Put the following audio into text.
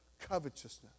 Covetousness